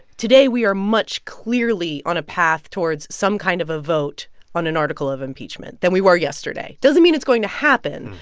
today we are much clearly on a path towards some kind of a vote on an article of impeachment than we were yesterday doesn't mean it's going to happen,